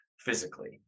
physically